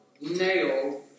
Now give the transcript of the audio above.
nailed